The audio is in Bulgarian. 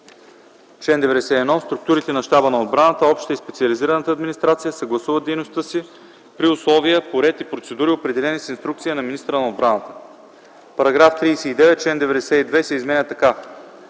така: „Чл. 91. Структурите на Щаба на отбраната, общата и специализираната администрация съгласуват дейността си при условия, по ред и процедури, определени с инструкция на министъра на отбраната.” § 39. Член